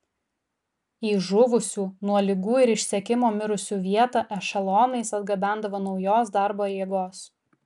į žuvusių nuo ligų ir išsekimo mirusių vietą ešelonais atgabendavo naujos darbo jėgos